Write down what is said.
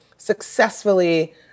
successfully